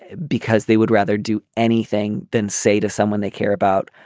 because they would rather do anything than say to someone they care about.